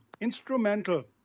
instrumental